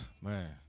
man